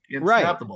Right